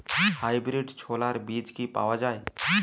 Hybrid ছোলার বীজ কি পাওয়া য়ায়?